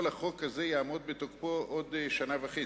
כל החוק הזה יעמוד בתוקפו עוד שנה וחצי,